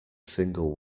single